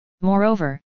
Moreover